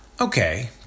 Okay